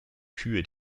kühe